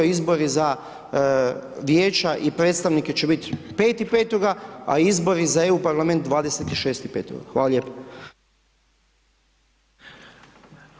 Izbori za vijeća i predstavnike će biti 5.5. a izbori za EU parlament 26.5.